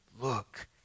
Look